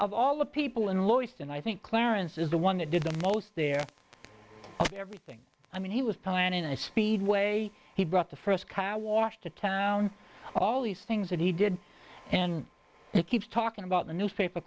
of all the people in loyce and i think clarence is the one that did the most there everything i mean he was planning a speedway he brought the first car wash to town all these things that he did and it keeps talking about the newspaper